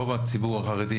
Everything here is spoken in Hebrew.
רוב הציבור החרדי